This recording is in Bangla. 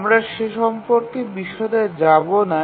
আমরা সে সম্পর্কে বিশদে যাব না